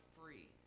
free